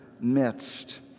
midst